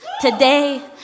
Today